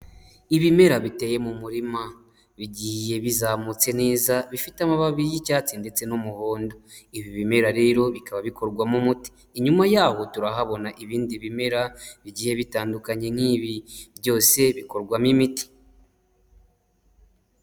Ibimera biteye mu murima, bigiye bizamutse neza bifite amababi y'icyatsi ndetse n'umuhondo, ibi bimera rero bikaba bikorwamo umuti, inyuma yaho turahabona ibindi bimera bigiye bitandukanye n'ibi, byose bikorwamo imiti.